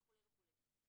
וכו' וכו'.